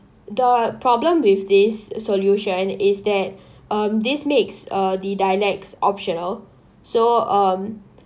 the problem with this solution is that um this makes uh the dialects optional so um